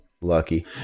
Lucky